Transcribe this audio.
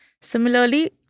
Similarly